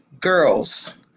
Girls